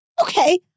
Okay